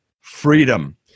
freedom